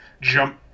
jump